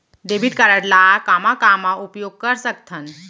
Debit card ला कामा कामा उपयोग कर सकथन?